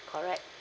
correct